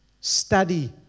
Study